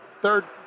Third